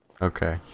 Okay